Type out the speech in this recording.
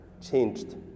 changed